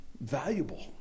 valuable